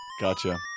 Gotcha